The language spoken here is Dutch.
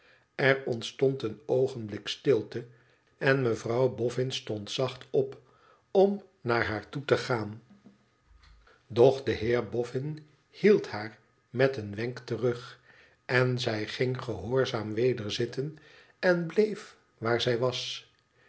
ér ontstond een oogenblik stilte en mevrouw bofün stond zacht op om naar haar toe te gaan doch de heer boffin hield haar met een wenk terug en zij ging gehoorzaam weder zitten en bleefwaarzij was